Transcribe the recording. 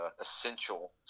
Essential